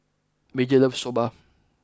Major loves Soba